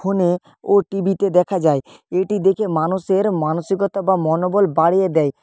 ফোনে ও টি ভিতে দেখা যায় এটি দেখে মানুষের মানসিকতা বা মনোবল বাড়িয়ে দেয়